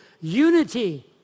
unity